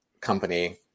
company